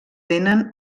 tenen